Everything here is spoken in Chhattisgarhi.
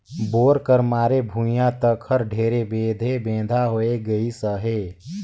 बोर कर मारे भुईया तक हर ढेरे बेधे बेंधा होए गइस अहे